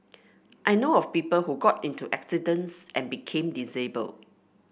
I know of people who got into accidents and became disabled